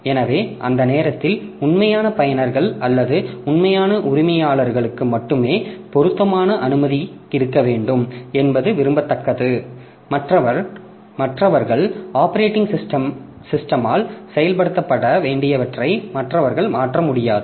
எனவே அந்த நேரத்தில் உண்மையான பயனர்கள் அல்லது உண்மையான உரிமையாளருக்கு மட்டுமே பொருத்தமான அனுமதி இருக்க வேண்டும் என்பது விரும்பத்தக்கது மற்றவர்கள் ஆப்பரேட்டிங் சிஸ்டமால் செயல்படுத்தப்பட வேண்டியவற்றை மற்றவர்கள் மாற்ற முடியாது